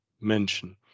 mention